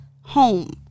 home